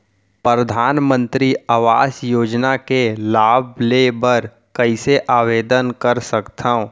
परधानमंतरी आवास योजना के लाभ ले बर कइसे आवेदन कर सकथव?